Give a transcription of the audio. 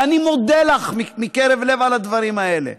ואני מודה לך מקרב לב על הדברים האלה.